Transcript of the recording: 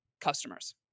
customers